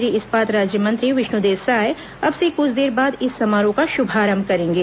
केंद्रीय इस्पात राज्यमंत्री विष्णुदेव साय अब से कुछ देर बाद इस समारोह का शुभारंभ करेंगे